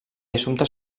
assumptes